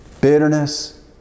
bitterness